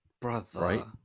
Brother